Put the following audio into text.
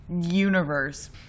universe